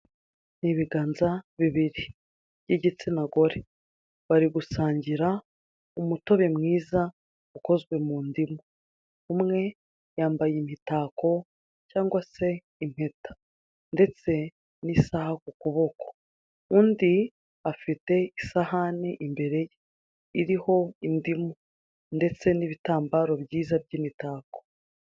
Ibiganza bibiri by'igitsinagore bari gusangira umutobe mwiza ukozwe mu ndimu. Umwe yambaye imitako cyangwa se impeta. Ndetse n'isaha ku kuboko undi afite isahani imbere ye iriho indimu ndetse n'ibitambaro byiza by'imitako.